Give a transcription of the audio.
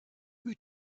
who